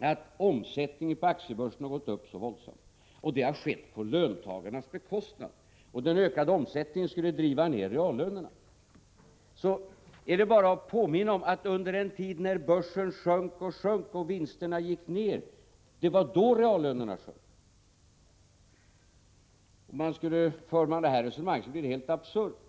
att omsättningen på aktiebörsen har gått upp så våldsamt, att det har skett på löntagarnas bekostnad och att den ökade omsättningen skulle driva ned reallönerna, är det bara att påminna om att det var under den tid när börskurserna sjönk och vinsterna gick ned som reallönerna sjönk. Det är helt absurt att föra ett sådant resonemang som Bertil Måbrink för.